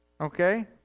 okay